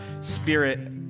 spirit